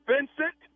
Vincent